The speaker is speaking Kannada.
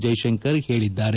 ಜಯಶಂಕರ್ ಹೇಳಿದ್ದಾರೆ